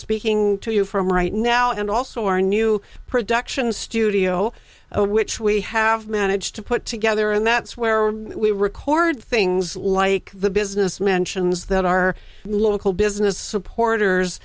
speaking to you from right now and also our new production studio which we have managed to put together and that's where we record things like the business mentions that our local business supporters